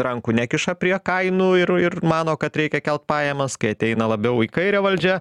rankų nekiša prie kainų ir ir mano kad reikia kelt pajamas kai ateina labiau į kairę valdžia